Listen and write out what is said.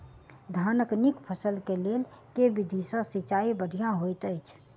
धानक नीक फसल केँ लेल केँ विधि सँ सिंचाई बढ़िया होइत अछि?